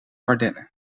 ardennen